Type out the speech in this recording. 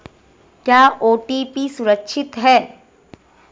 क्या ओ.टी.पी सुरक्षित है?